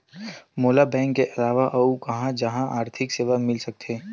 मोला बैंक के अलावा आऊ कहां कहा आर्थिक सेवा मिल सकथे?